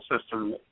system